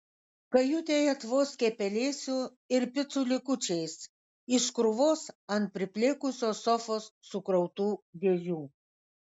kajutėje tvoskė pelėsiu ir picų likučiais iš krūvos ant priplėkusios sofos sukrautų dėžių